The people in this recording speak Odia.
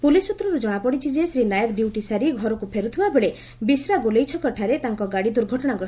ପୁଲିସ୍ ସୂତ୍ରରୁ ଜଣାପଡ଼ିଛି ଯେ ଶ୍ରୀ ନାୟକ ଡ୍ୟୁଟି ସାରି ଘରକୁ ଫେର୍ଥିବା ବେଳେ ବିଶ୍ରା ଗୋଲେଇଛକଠାରେ ତାଙ୍କ ଗାଡ଼ି ଦୁର୍ଘଟଣାଗ୍ରସ୍ତ ହୋଇଥିଲା